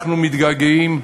אנחנו מתגעגעים,